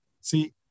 See